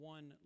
One